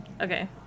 Okay